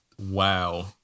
Wow